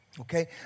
Okay